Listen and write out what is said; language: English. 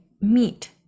meat